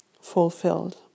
fulfilled